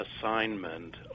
assignment